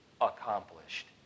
accomplished